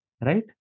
right